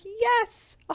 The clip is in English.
yes